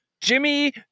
Jimmy